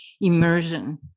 Immersion